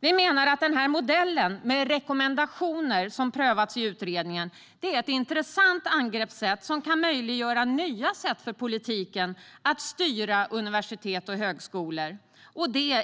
Vi menar att den modell med rekommendationer som prövats i utredningen är ett intressant angreppssätt som kan möjliggöra nya sätt för politiken att styra universitet och högskolor